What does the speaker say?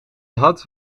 had